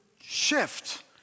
shift